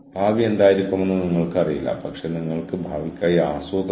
അതിനാൽ flexible resourcing